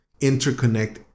interconnect